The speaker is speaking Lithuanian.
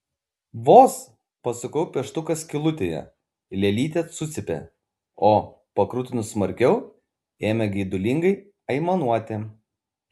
vos pasukau pieštuką skylutėje lėlytė sucypė o pakrutinus smarkiau ėmė geidulingai aimanuoti